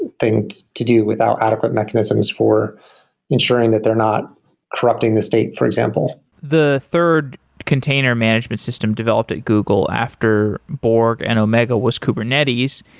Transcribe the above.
things to do without adequate mechanisms for ensuring ensuring that they're not corrupting the state, for example the third container management system developed at google after borg and omega was kubernetes.